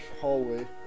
hallway